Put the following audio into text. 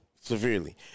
Severely